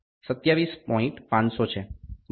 તેથી પછી મારી પાસે 27